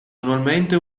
annualmente